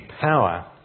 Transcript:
power